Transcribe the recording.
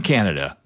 Canada